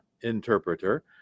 interpreter